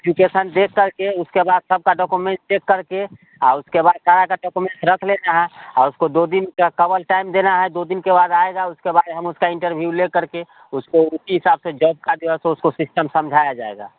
education देख करके उसके बाद सबका डॉकोमेंट चेक करके आ उसके बाद सारा का डॉकोमेंट रख लेना है आ उसको दो दिन का केवल टाइम देना है दो दिन के बाद आएगा उसके बाद हम उसका इन्टरव्यू लेकर के उसको उसी हिसाब से जॉब का दिया तो उसको सिस्टम समझाया जाएगा